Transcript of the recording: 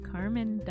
Carmen